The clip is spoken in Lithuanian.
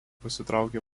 pasitraukė